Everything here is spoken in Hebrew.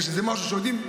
יש איזה משהו שיודעים,